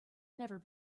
never